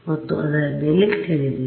ಮತ್ತು ಅದರ ಬೆಲೆ ತಿಳಿದಿದೆ